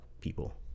people